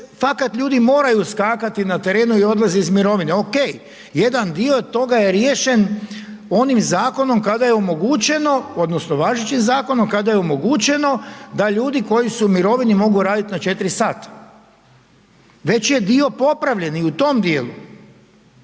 fakat moraju skakati na terenu i odlaze iz mirovine. Ok, jedan dio toga je riješen onim zakonom kada je omogućeno odnosno važećim zakonom, kada je omogućeno da ljudi koji su u mirovini mogu raditi na 4 sata. Već je dio popravljen i u tom djelu